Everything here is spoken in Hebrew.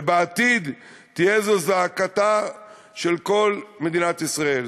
ובעתיד תהיה זו זעקתה של כל מדינת ישראל,